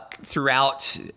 throughout